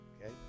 Okay